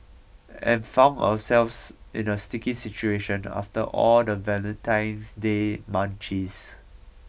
and found ourselves in a sticky situation after all the Valentine's Day munchies